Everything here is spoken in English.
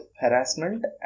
harassment